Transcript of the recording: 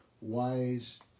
wise